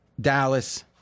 Dallas